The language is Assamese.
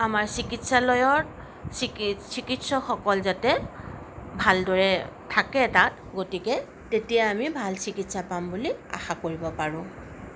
আমাৰ চিকিৎসালয়ত চিকিৎসকসকল যাতে ভালদৰে থাকে তাত গতিকে তেতিয়া আমি ভাল চিকিৎসা পাম বুলি আশা কৰিব পাৰোঁ